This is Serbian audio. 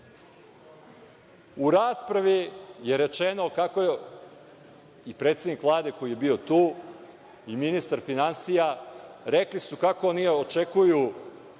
U raspravi je rečeno, i predsednik Vlade koji je bio tu, i ministar finansija, rekli su kako oni očekuju